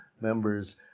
members